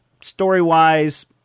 Story-wise